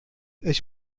ich